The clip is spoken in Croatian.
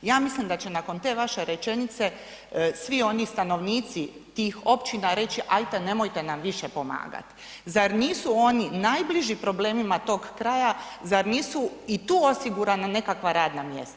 Ja mislim da će nakon te vaše rečenice, svi oni stanovnici tih općina reći ajte, nemojte nam više pomagat. zar nisu oni najbliži problemima tog kraja, zar nisu i tu osigurana radna mjesta?